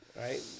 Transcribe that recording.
Right